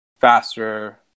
faster